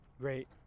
great